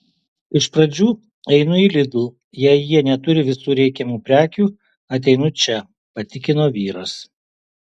iš pradžių einu į lidl jei jie neturi visų reikiamų prekių ateinu čia patikino vyras